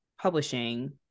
publishing